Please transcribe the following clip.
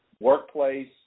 workplace